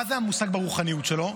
מה מושג ברוחניות שלו?